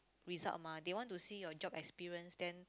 result mah they want to see you job experience then